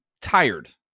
tired